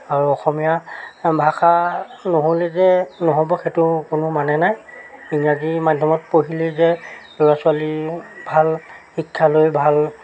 আৰু অসমীয়া ভাষা নহ'লে যে নহ'ব সেইটো কোনো মানে নাই ইংৰাজী মাধ্যমত পঢ়িলেই যে ল'ৰা ছোৱালী ভাল শিক্ষা লৈ ভাল